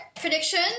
prediction